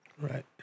Right